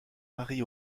marie